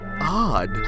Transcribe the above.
odd